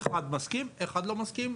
אחד מסכים, אחד לא מסכים.